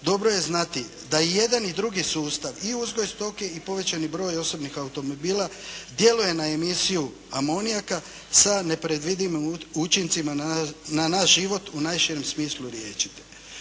dobro je znati da i jedan i drugi sustav, i uzgoj stoke i povećani broj osobnih automobila djeluje na emisiju amonijaka sa nepredvidivim učincima na naš život u najširem smislu riječi te.